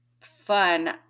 fun